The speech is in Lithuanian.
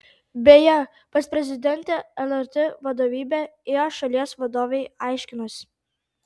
beje pas prezidentę lrt vadovybė ėjo šalies vadovei aiškinosi